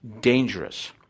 dangerous